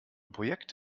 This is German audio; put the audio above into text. projekt